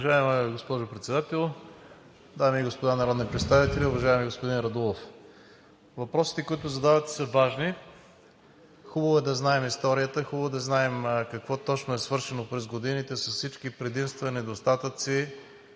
Уважаема госпожо Председател, дами и господа народни представители! Уважаеми господин Радулов, въпросите, които задавате, са важни. Хубаво е да знаем историята, хубаво е да знаем какво точно е свършено през годините с всички предимства, недостатъци